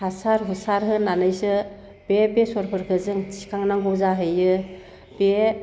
हासार हुसार होनानैसो बे बेसरफोरखो जों थिखांनांगौ जाहैयो बे